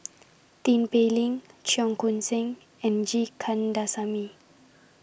Tin Pei Ling Cheong Koon Seng and G Kandasamy